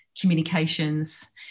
communications